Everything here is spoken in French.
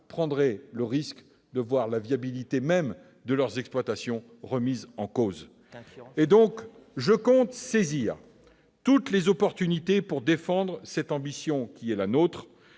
courir le risque de voir la viabilité de leurs exploitations remise en cause. Je compte saisir toutes les opportunités pour défendre l'ambition qui est la nôtre